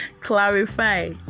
Clarify